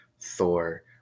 Thor